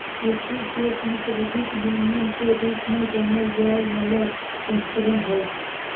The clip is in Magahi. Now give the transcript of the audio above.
विकसित देश मे क्रेडिट यूनियन के रूप में जानल जाय बला संस्करण हइ